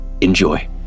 Enjoy